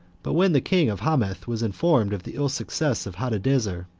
but when the king of hamath was informed of the ill success of hadadezer,